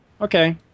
Okay